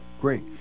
great